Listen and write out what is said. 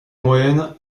moyenne